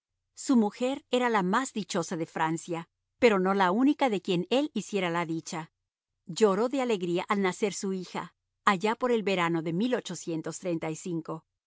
su mujer era la más dichosa de francia pero no la única de quien él hiciera la dicha lloró de alegría al nacer su hija allá por el verano de en el